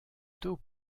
tôt